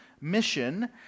mission